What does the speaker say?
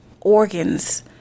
organs